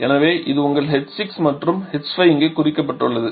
எனவே இது உங்கள் h6 மற்றும் h5 இங்கே குறிக்கப்பட்டுள்ளது